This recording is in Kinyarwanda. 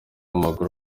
w’amaguru